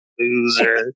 loser